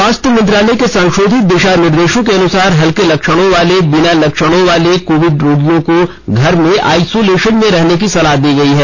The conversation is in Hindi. स्वास्थ्य मंत्रालय के संशोधित दिशानिर्देशों के अनुसार हल्के लक्षणों वाले या बिना लक्षणों वाले कोविड रोगियों को घर में आइसोलेशन में रहने की सलाह दी है